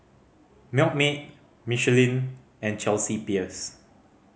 Milkmaid Michelin and Chelsea Peers